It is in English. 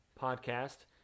podcast